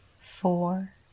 four